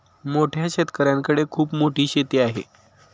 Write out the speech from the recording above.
मोठ्या शेतकऱ्यांकडे खूप मोठी शेती आहे